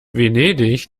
venedig